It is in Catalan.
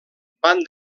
van